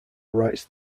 writes